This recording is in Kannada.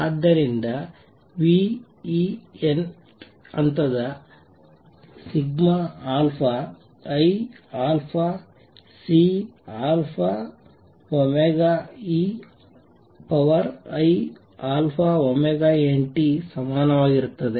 ಆದ್ದರಿಂದ v ಈ n th ಹಂತದ iαCeiαωnt ಗೆ ಸಮಾನವಾಗಿರುತ್ತದೆ